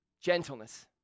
Gentleness